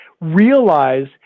realize